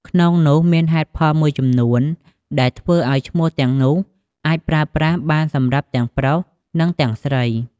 ក្នុងនោះមានហេតុផលមួយចំនួនដែលធ្វើឱ្យឈ្មោះទាំងនោះអាចប្រើប្រាស់បានសម្រាប់ទាំងប្រុស និងទាំងស្រី។